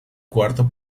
cuarto